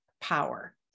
power